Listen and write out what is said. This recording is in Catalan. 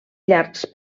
llargs